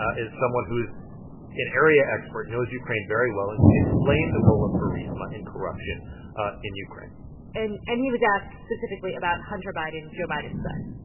ah is someone who's an area expert, knows ukraine very well and can explain the role of burisma in corruption ah in ukraine and and he was asked specifically about hunter biden, joe biden's son